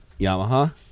Yamaha